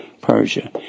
Persia